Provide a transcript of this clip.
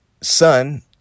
son